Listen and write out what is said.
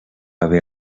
haver